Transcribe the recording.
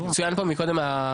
צוין פה מקודם,